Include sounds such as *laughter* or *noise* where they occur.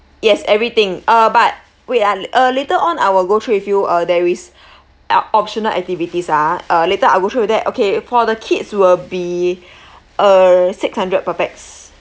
yes everything uh but wait ah uh later on I will go through with you uh there is *breath* op~ optional activities ah uh later I go through with that okay for the kids will be *breath* uh six hundred per pax